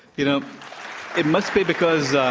you know it must be because